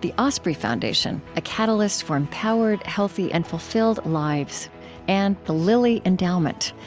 the osprey foundation a catalyst for empowered, healthy, and fulfilled lives and the lilly endowment,